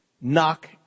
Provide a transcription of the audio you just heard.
knock